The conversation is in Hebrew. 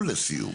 ולסיום.